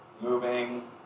moving